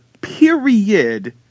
period